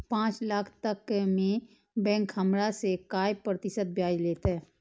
पाँच लाख तक में बैंक हमरा से काय प्रतिशत ब्याज लेते?